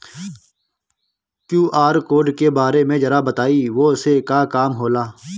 QR code के बारे में जरा बताई वो से का काम होला?